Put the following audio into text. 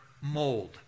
mold